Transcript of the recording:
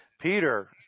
peter